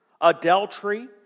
adultery